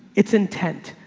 it's intent.